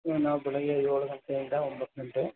ಹ್ಞೂ ನಾವು ಬೆಳಿಗ್ಗೆ ಏಳು ಗಂಟೆಯಿಂದ ಒಂಬತ್ತು ಗಂಟೆ